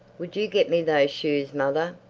would you get me those shoes, mother?